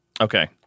Okay